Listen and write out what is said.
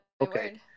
okay